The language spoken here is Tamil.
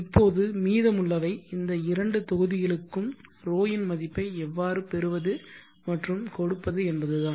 இப்போது மீதமுள்ளவை இந்த இரண்டு தொகுதிகளுக்கும் 𝜌 இன் மதிப்பை எவ்வாறு பெறுவது மற்றும் கொடுப்பது என்பதுதான்